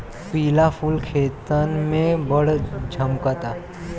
पिला फूल खेतन में बड़ झम्कता